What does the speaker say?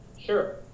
Sure